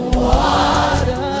water